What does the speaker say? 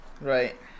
Right